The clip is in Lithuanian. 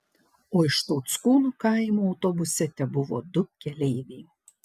o iš tauckūnų kaimo autobuse tebuvo du keleiviai